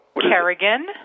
Kerrigan